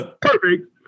perfect